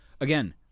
Again